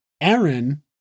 Aaron